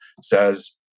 says